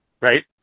right